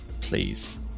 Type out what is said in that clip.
please